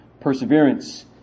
perseverance